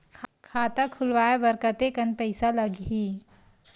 खाता खुलवाय बर कतेकन पईसा लगही?